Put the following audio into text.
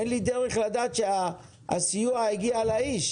אין לי דרך לדעת שהסיוע הגיע לאיש.